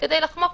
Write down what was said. כדי לחמוק.